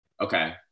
Okay